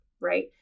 right